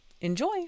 Enjoy